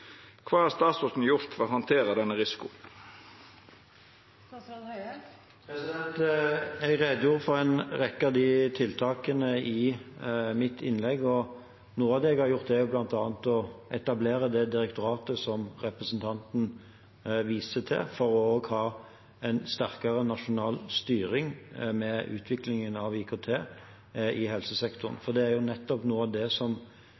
Kva har statsråden gjort for å handtera denne risikoen? Jeg redegjorde for en rekke av tiltakene i mitt innlegg. Noe av det jeg har gjort, er bl.a. å etablere det direktoratet som representanten viste til, for å ha en sterkere nasjonal styring med utviklingen av IKT i helsesektoren. For det er nettopp noe av det som